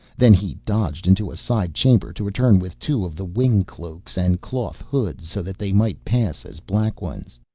then he dodged into a side chamber to return with two of the wing cloaks and cloth hoods, so that they might pass as black ones.